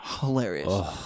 Hilarious